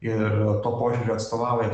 ir tuo požiūrio atstovauja